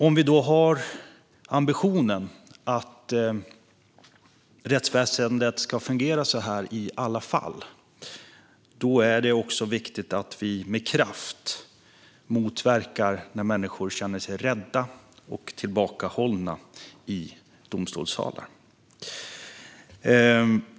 Om vi har ambitionen att rättsväsendet ska fungera så här i alla fall är det också viktigt att vi med kraft motverkar att människor känner sig rädda och tillbakahållna i domstolssalar.